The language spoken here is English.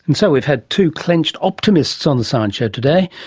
and so we've had two clenched optimists on the science show today,